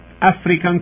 African